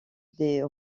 des